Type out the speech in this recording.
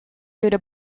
duurde